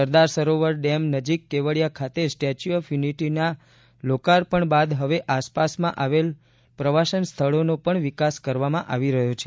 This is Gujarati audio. સરદાર સરોવર ડેન નજીક કેવડિયા ખાતે સ્ટેચ્યુ ઓફ યુનિટીના લોકાર્પણ બાદ હવે આસપાસમાં આવેલા પ્રવાસન સ્થળોનો પણ વિકાસ કરવામાં આવી રહ્યો છે